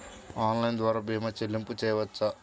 Online ద్వార భీమా చెల్లింపులు చేయవచ్చా?